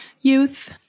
youth